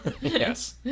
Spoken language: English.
Yes